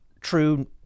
true